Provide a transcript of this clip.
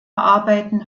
arbeiten